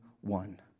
one